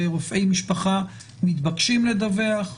רופאי משפחה מתבקשים לדווח,